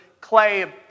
clay